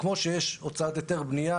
כמו שיש הוצאת היתר בנייה,